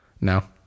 No